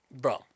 Bro